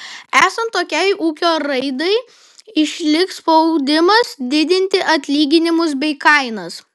esant tokiai ūkio raidai išliks spaudimas didinti atlyginimus bei kainas